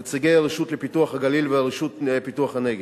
נציגי הרשות לפיתוח הגליל והרשות לפיתוח הנגב.